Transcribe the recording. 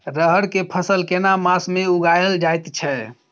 रहर के फसल केना मास में उगायल जायत छै?